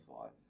five